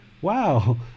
wow